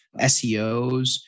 SEOs